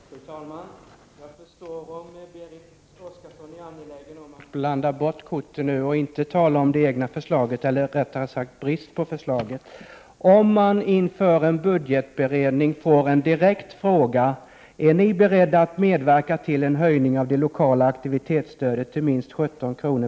Fru talman! Jag förstår om Berit Oscarsson är angelägen om att blanda bort korten och inte tala om det egna förslaget, eller rättare sagt bristen på förslag. Socialdemokraterna svarade på en direkt fråga från Riksidrottsförbundet före valet om de är beredda att medverka till att höja det lokala aktivitetsstödet till minst 17 kr.